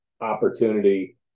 opportunity